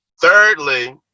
thirdly